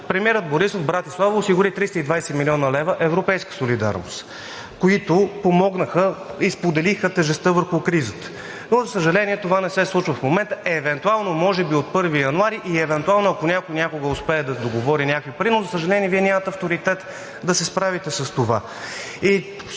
премиерът Борисов в Братислава осигури 320 млн. лв. европейска солидарност, които помогнаха и споделиха тежестта върху кризата. Но, за съжаление, това не се случва в момента, евентуално може би от 1 януари и евентуално ако някой някога успее да договори някакви пари, но, за съжаление, Вие нямате авторитет да се справите с това.